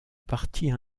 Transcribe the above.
partie